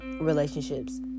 relationships